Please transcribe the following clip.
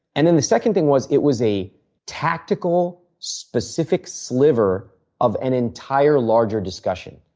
and then the second thing was it was a tactical, specific sliver of an entire larger discussion.